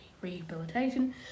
rehabilitation